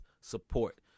support